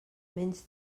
menys